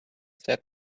said